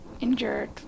injured